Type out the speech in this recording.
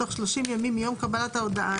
בתוך 30 ימים מיום קבלת ההודעה,